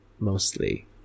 Mostly